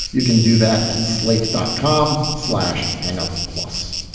you can do that at slate dot com slash hang-up. plus